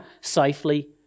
safely